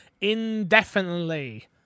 indefinitely